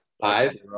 Five